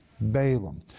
Balaam